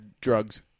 drugs